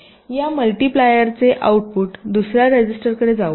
या मल्टीप्लायरचे आऊटपुट दुसर्या रजिस्टरकडे जाऊ शकते